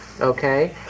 okay